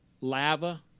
lava